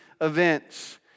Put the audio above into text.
events